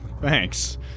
Thanks